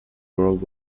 world